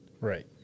Right